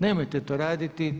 Nemojte to raditi!